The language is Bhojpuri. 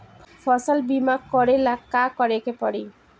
फसल बिमा करेला का करेके पारी?